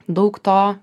daug to